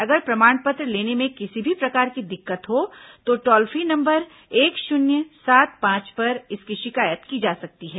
अगर प्रमाण पत्र लेने में किसी भी प्रकार की दिक्कत हो तो टोल फ्री नंबर एक शून्य सात पांच पर इसकी शिकायत की जा सकती है